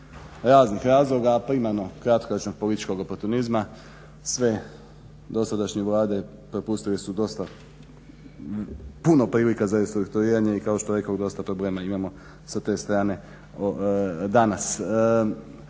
raznih razloga primarno kratkoročnog političkog oportunizma sve dosadašnje vlade propustile su dosta puno prilika za restrukturiranje i kao što rekoh dosta problema imamo sa te strane danas.